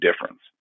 difference